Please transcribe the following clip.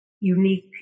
unique